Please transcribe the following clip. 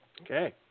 okay